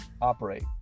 operate